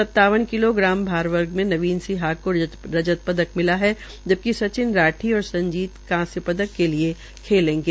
सतावन kilogram भार वर्ग में नवीन सिहाग को रजत पदक मिला है जबकि सचिन राठी और संजीव कांस्य पदक के लिये खेंलेंगे